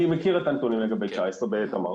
אני מכיר את הנתונים לגבי 2019 בתמר.